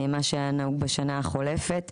מה שהיה נהוג בשנה החולפת,